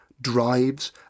drives